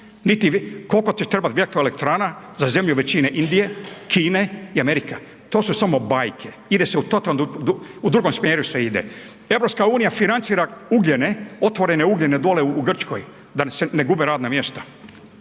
vi, kolko će trebat vjetroelektana za zemlje većine Indije, Kine i Amerika, to su samo bajke, ide se u totalno, u drugom smjeru se ide. EU financira ugljene, otvorene ugljene dole u Grčkoj da se ne gube radna mjesta.